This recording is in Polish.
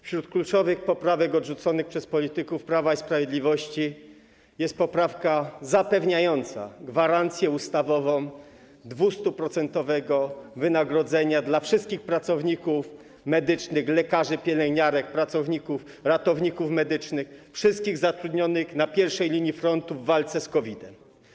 Wśród kluczowych poprawek odrzuconych przez polityków Prawa i Sprawiedliwości jest poprawka zapewniająca gwarancję ustawową 200-procentowego wynagrodzenia dla wszystkich pracowników medycznych - lekarzy, pielęgniarek, ratowników medycznych - zatrudnionych na pierwszej linii frontu w walce z COVID-19.